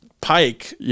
Pike